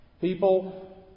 people